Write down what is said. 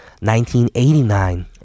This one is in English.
1989